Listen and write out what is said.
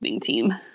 team